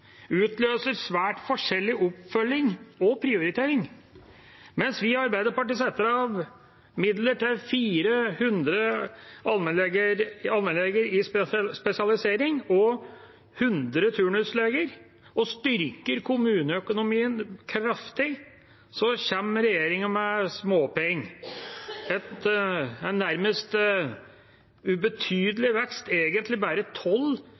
utløser svært forskjellig oppfølging og prioritering. Mens vi i Arbeiderpartiet setter av midler til 400 allmennleger i spesialisering og 100 turnusleger og styrker kommuneøkonomien kraftig, kommer regjeringa med småpenger – en nærmest ubetydelig vekst, egentlig bare